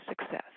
success